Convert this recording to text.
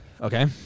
Okay